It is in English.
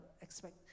expect